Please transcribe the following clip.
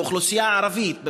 כאוכלוסייה ערבית,